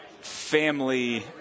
family